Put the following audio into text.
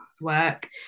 work